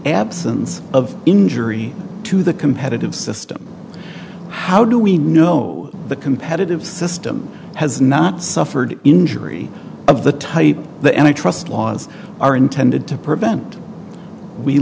absence of injury to the competitive system how do we know the competitive system has not suffered injury of the type that any trust laws are intended to prevent we